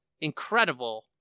incredible